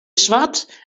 swart